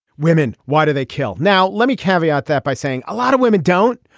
women why do they kill. now let me caveat that by saying a lot of women don't.